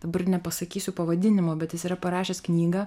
dabar nepasakysiu pavadinimo bet jis yra parašęs knygą